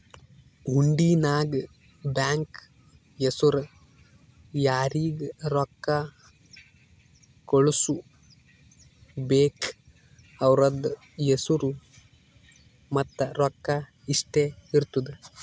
ಹುಂಡಿ ನಾಗ್ ಬ್ಯಾಂಕ್ ಹೆಸುರ್ ಯಾರಿಗ್ ರೊಕ್ಕಾ ಕಳ್ಸುಬೇಕ್ ಅವ್ರದ್ ಹೆಸುರ್ ಮತ್ತ ರೊಕ್ಕಾ ಇಷ್ಟೇ ಇರ್ತುದ್